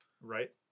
Right